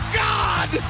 god